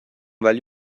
ولی